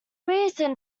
reason